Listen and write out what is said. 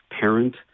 parent